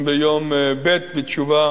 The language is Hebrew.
ביום ב', אני חושב, בתשובה